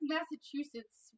Massachusetts